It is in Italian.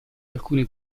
alcune